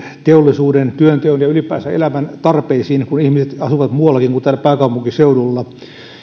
teollisuuden työnteon ja ylipäänsä elämän tarpeisiin kun ihmiset asuvat muuallakin kuin täällä pääkaupunkiseudulla